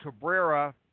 Cabrera